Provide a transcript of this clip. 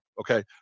Okay